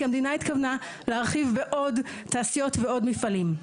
כי המדינה התכוונה להרחיב בעוד תעשיות ועוד מפעלים.